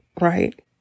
right